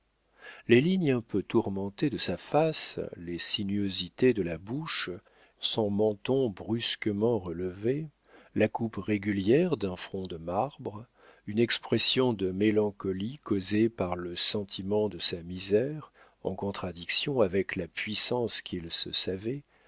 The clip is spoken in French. les lignes un peu tourmentées de sa face les sinuosités de la bouche son menton brusquement relevé la coupe régulière d'un front de marbre une expression de mélancolie causée par le sentiment de sa misère en contradiction avec la puissance qu'il se savait